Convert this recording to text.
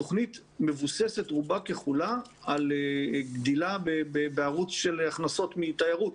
התוכנית מבוססת רובה ככולה על גדילה בערוץ של הכנסות מתיירות.